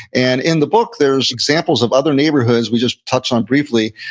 and in the book, there's examples of other neighborhoods, we just touched on briefly,